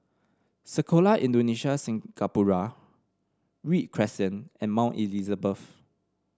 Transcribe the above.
Sekolah Indonesia Singapura Read Crescent and Mount Elizabeth